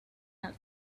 not